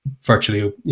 virtually